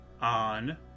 on